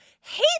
hate